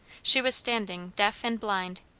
she was standing, deaf and blind,